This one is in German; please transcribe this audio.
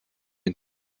mit